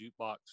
jukebox